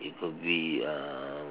it could be uh